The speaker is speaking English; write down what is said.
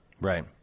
Right